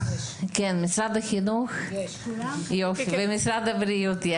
משרד החינוך ומשרד הבריאות.